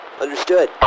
Understood